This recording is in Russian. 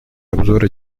обзора